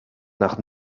nach